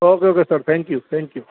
okay okay sir thank you thank you